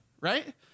right